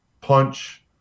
punch